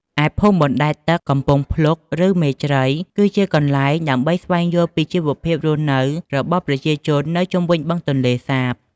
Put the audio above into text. ឯភូមិបណ្តែតទឹកកំពង់ភ្លុក ឬមេជ្រៃ គឺជាទីកន្លែងដើម្បីស្វែងយល់ពីជីវភាពរស់នៅរបស់ប្រជាជននៅជុំវិញបឹងទន្លេសាប។